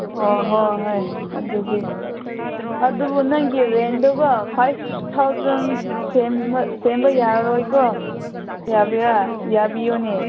ꯑꯣ ꯍꯣꯏ ꯍꯣꯏ ꯑꯗꯨꯗꯤ ꯑꯗꯨꯕꯨ ꯅꯪꯒꯤ ꯔꯦꯟꯗꯨꯒ ꯐꯥꯏꯚ ꯊꯥꯎꯖꯟ ꯁꯦꯝꯕ ꯌꯥꯔꯔꯣꯏꯀꯣ ꯌꯥꯒꯦꯔꯥ ꯌꯥꯕꯤꯌꯨꯅꯦ